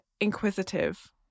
inquisitive